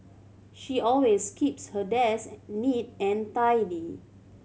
she always keeps her desk neat and tidy